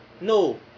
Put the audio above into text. no